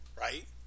right